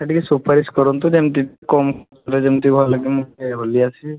ସେଟା ଟିକିଏ ସୁପାରିସ୍ କରନ୍ତୁ ଯେମିତି କମ୍ ରେ ଯେମିତି ଭଲ କି ମୁଁ ଟିକିଏ ବୁଲି ଆସିବି